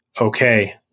Okay